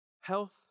health